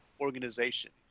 organization